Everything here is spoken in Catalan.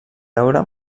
veure